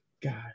God